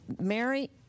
Mary